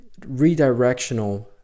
redirectional